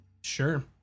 sure